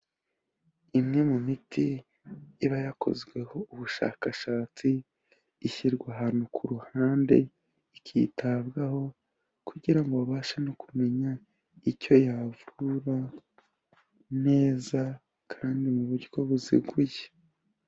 Imwe mu miti iba yakozweho ubushakashatsi, ishyirwa ahantu ku ruhande ikitabwaho kugira ngo babashe no kumenya icyo yavura neza kandi mu buryo buziguye.